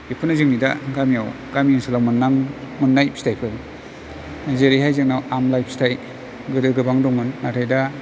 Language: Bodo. बेफोरनो जोंनि दा गामियाव गामि ओनसोलाव मोननां मोननाय फिथाइफोर जेरैहाय जोंनाव आमलाइ फिथाइ गोदो गोबां दंमोन नाथाय दा